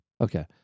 Okay